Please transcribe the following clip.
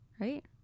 right